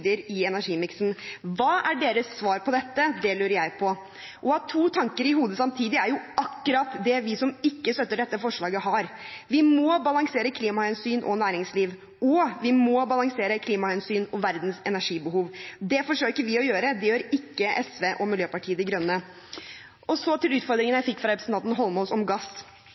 kilder i energimiksen. Hva er deres svar på dette? Det lurer jeg på. To tanker i hodet samtidig er akkurat det vi som ikke støtter dette forslaget, har. Vi må balansere klimahensyn og næringsliv, og vi må balansere klimahensyn og verdens energibehov. Det forsøker vi å gjøre, det gjør ikke SV og Miljøpartiet De Grønne. Så til utfordringen jeg fikk fra representanten Eidsvoll Holmås om gass.